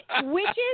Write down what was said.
Witches